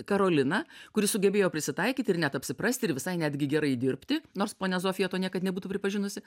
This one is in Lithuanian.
karoliną kuri sugebėjo prisitaikyti ir net apsiprasti ir visai netgi gerai dirbti nors ponia zofija to niekad nebūtų pripažinusi